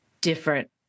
different